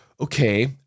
okay